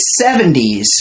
70s